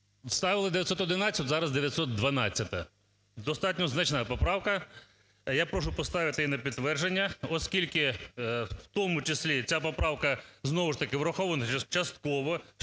ставили 911-у, зараз – 912-а. Достатньо значна поправка. Я прошу поставити її на підтвердження. Оскільки в тому числі ця поправка знову ж таки врахована частково.